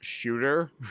Shooter